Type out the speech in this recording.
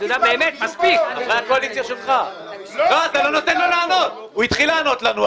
הוא התחיל לענות לנו.